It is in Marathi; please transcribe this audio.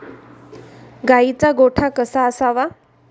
गाईचा गोठा कसा असावा?